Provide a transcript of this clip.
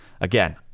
again